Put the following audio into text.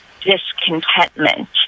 discontentment